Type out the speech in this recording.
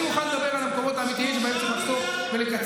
אני מוכן לדבר על המקומות האמיתיים שבהם יש מחסור ולקצץ.